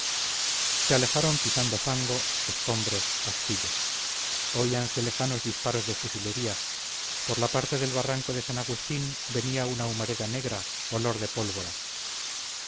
se alejaron pisando fango escombros astillas oíanse lejanos disparos de fusilería por la parte del barranco de san agustín venía una humareda negra olor de pólvora